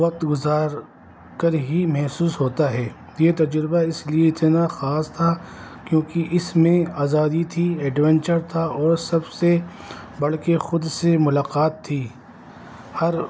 وقت گزار کر ہی محسوس ہوتا ہے یہ تجربہ اس لیے اتنا خاص تھا کیونکہ اس میں آزادی تھی ایڈوونچر تھا اور سب سے بڑھ کے خود سے ملاقات تھی ہر